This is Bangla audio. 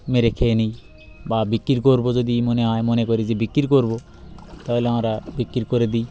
মেরে খেয়ে নিই বা বিক্রি করবো যদি মনে হয় মনে করি যে বিক্রি করবো তাহলে আমরা বিক্রি করে দিই